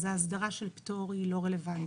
אז ההסדרה של פטור היא לא רלוונטית.